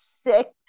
sick